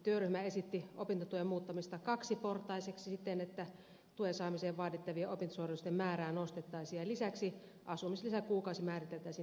työryhmä esitti opintotuen muuttamista kaksiportaiseksi siten että tuen saamiseen vaadittavien opintosuoritusten määrää nostettaisiin ja lisäksi asumislisäkuukausi määriteltäisiin tukikuukaudeksi